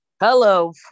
Hello